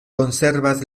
konservas